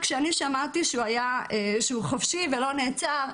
שכשאני שמעתי שהוא חופשי ולא נעצר,